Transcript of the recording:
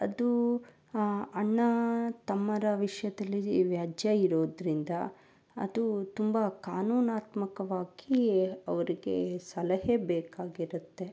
ಅದು ಅಣ್ಣ ತಮ್ಮರ ವಿಷಯದಲ್ಲಿ ಈ ವ್ಯಾಜ್ಯ ಇರೋದರಿಂದ ಅದು ತುಂಬ ಕಾನೂನಾತ್ಮಕವಾಗಿ ಅವರಿಗೆ ಸಲಹೆ ಬೇಕಾಗಿರುತ್ತೆ